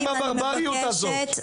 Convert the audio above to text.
הברבריות הזאת.